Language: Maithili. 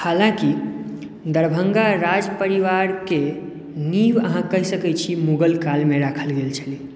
हलाँकी दरभङ्गा राजपरिवारके नीव अहाँ कहि सकैत छी मुगलकालमे राखल गेल छलै